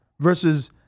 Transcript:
versus